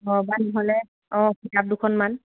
অঁ বা নহ'লে অঁ কিতাপ দুখনমান